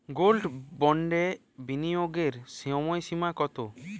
Gold বন্ডে বিনিয়োগের সময়সীমা কতো?